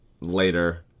later